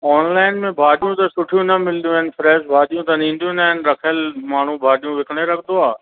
online में भाॼियूं त सुठियूं न मिलंदियूं आहिनि फ़्रैश भाॼियूं त ईंदियूं न आहिनि रखियलु माण्हू भाजियूं विकिणे रखंदो आहे